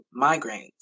migraines